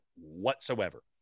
whatsoever